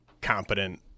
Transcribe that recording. competent